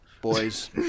boys